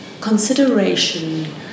consideration